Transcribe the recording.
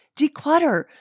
declutter